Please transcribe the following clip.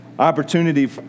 Opportunity